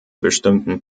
bestimmten